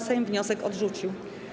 Sejm wniosek odrzucił.